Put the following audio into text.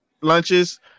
lunches